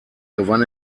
gewann